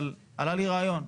אבל עלה לי רעיון,